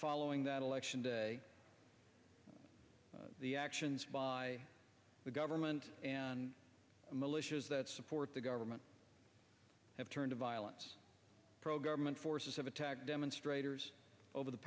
following that election day the actions by the government and the militias that support the government have turned violent pro government forces have attacked demonstrators over the